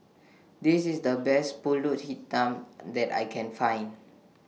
This IS The Best Pulut Hitam that I Can Find